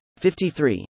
53